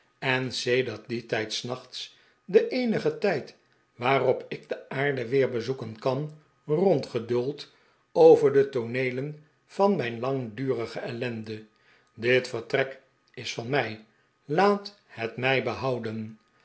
eh sedert dien tijd s nachts den eenigen tijd waarop ik de aarde weer bezoeken kan rondgedoold over de tooneelen van mijn langdurige ellende dit vertrek is van mijj laat het mij behouden